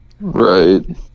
Right